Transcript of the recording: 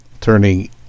turning